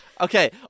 Okay